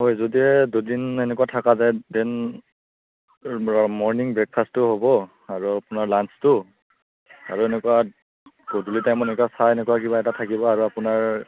হয় যদিহে দুদিন এনেকুৱা থকা যায় ডেন মৰ্নিং ব্ৰেকফাষ্টটো হ'ব আৰু আপোনাৰ লাঞ্চটো আৰু এনেকুৱা গধূলি টাইমত এনেকুৱা চাহ এনেকুৱা কিবা এটা থাকিব আৰু আপোনাৰ